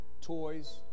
toys